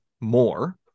more